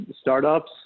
startups